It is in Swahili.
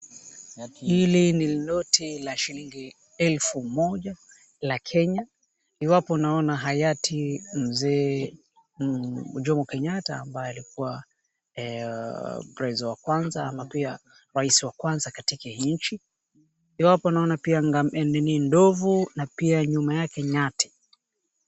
Hili ni noti la shilingi elfu moja la kenya iwapo naona hayati mzee Jomo Kenyatta ambaye alikuwa prezo wa kwanza ama pia rias wa kwanza katika hii nchi iwapo naona nduvu na pia nyuma yake nyati.